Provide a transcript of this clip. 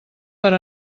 per